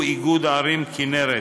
הוא איגוד ערים כינרת,